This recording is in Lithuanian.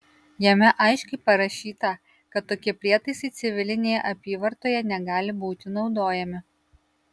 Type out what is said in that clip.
jame aiškiai parašyta kad tokie prietaisai civilinėje apyvartoje negali būti naudojami